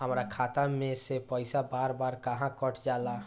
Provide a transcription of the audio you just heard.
हमरा खाता में से पइसा बार बार काहे कट जाला?